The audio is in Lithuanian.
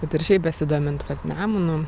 bet ir šiaip besidomint vat nemunu